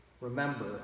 Remember